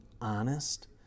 honest